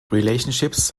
relationships